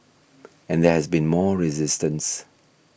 and there has been more resistance